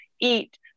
eat